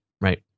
right